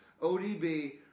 ODB